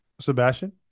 Sebastian